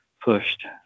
pushed